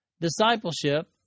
Discipleship